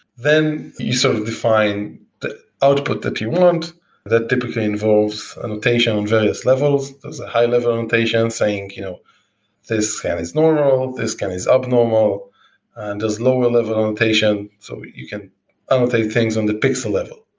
then you so define the output that you want that typically involves annotation on various levels. there's a high-level annotation saying you know this scan is normal, this can is abnormal and there's lower level annotation, so you can um like annotate things on the pixel level.